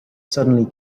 suddenly